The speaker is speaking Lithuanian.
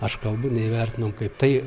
aš kalbu neįvertinom kaip tai